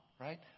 right